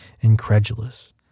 incredulous